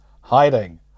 hiding